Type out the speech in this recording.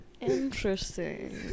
Interesting